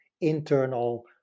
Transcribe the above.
internal